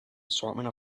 assortment